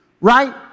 right